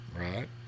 right